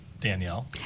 Danielle